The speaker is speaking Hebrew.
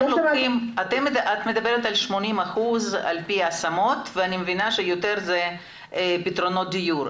את מדברת על 80% על פי ההשמות ואני מבינה שזה יותר בפתרונות דיור,